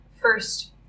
first